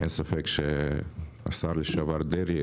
אין ספק שהשר לשעבר, דרעי,